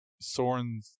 Soren